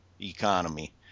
economy